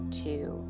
two